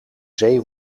zee